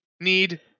need